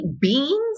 beans